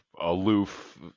aloof